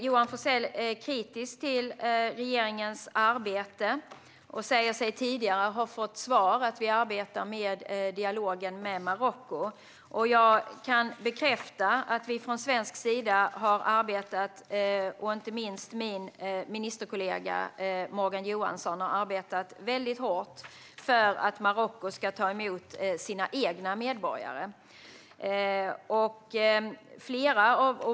Johan Forssell är kritisk till regeringens arbete och säger sig tidigare ha fått svaret att vi arbetar med dialogen med Marocko. Jag kan bekräfta att vi från svensk sida har arbetat mycket hårt, inte minst min ministerkollega Morgan Johansson, för att Marocko ska ta emot sina egna medborgare.